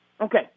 Okay